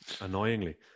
Annoyingly